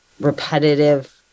repetitive